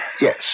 Yes